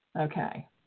Okay